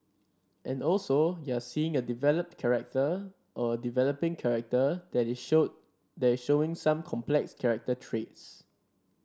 and also you're seeing a developed character or a developing character that is show that is showing some complex character traits